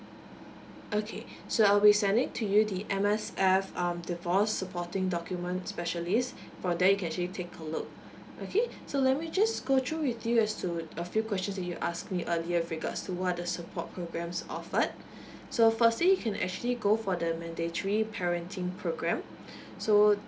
okay so I'll be sending to you the M_S_F um divorce supporting document specialist from there you can actually take a look okay so let me just go through with you as to a few questions that you asked me earlier with regards to what are the support programmes offered so firstly you can actually go for the mandatory parenting programme so